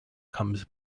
comes